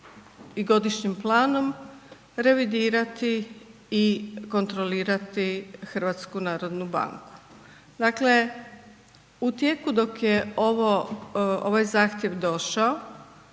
godišnjim planom revidirati i kontrolirati HNB. Dakle u tijeku dok je ovaj zahtjev došao